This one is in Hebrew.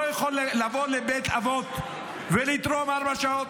יכול לבוא לבית אבות ולתרום ארבע שעות?